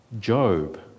Job